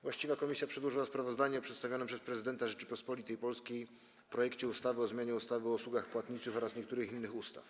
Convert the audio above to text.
Właściwa komisja przedłożyła sprawozdanie o przedstawionym przez Prezydenta Rzeczypospolitej Polskiej projekcie ustawy o zmianie ustawy o usługach płatniczych oraz niektórych innych ustaw.